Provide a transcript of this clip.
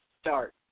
start